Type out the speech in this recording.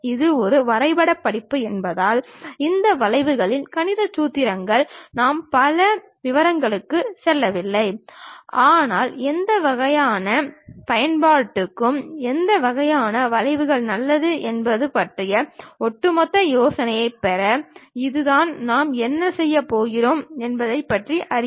இது ஒரு வரைபடப் படிப்பு என்பதால் இந்த வளைவுகளின் கணித சூத்திரத்தில் நாம் பல விவரங்களுக்குச் செல்லவில்லை ஆனால் எந்த வகையான பயன்பாடுகளுக்கு எந்த வகையான வளைவுகள் நல்லது என்பது பற்றிய ஒட்டுமொத்த யோசனையைப் பெற அதுதான் நாம் என்ன செய்யப் போகிறோம் அதைப் பற்றி அறிக